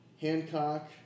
Hancock